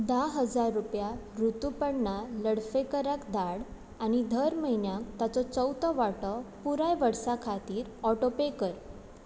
धा हजार रुपया ऋतुपणा लडफेकराक धाड आनी धर म्हयन्याक ताचो चवथो वांटो पुराय वर्सा खातीर ऑटोपे कर